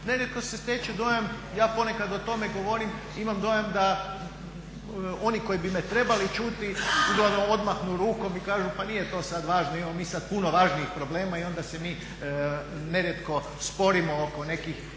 Nerijetko se stječe dojam, ja ponekad o tome govorim, imam dojam da oni koji bi me trebali čuti uglavnom odmahnu rukom i kažu pa nije to sad važno, imamo mi sad puno važnijih problema i onda se mi nerijetko sporimo oko nekih